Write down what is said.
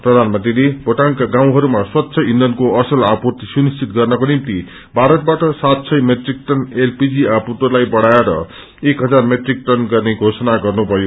प्रधानमंत्रीले भोटाङका गाउँहरूमा स्वच्छ इन्थनको असल आपूर्ति सुनिश्चित गर्नको निमित भारतवाट सातसय मेट्रिक टन एनपीजी आपूर्तिलाई बढ़ाएर एक हजार मेट्रिक टन गर्ने घोषणा गर्नुभयो